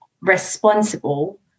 responsible